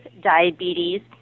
diabetes